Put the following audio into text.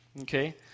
Okay